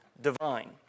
divine